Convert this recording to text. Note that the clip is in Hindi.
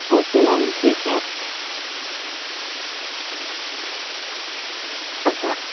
ओके मेम ठीक है अच्छा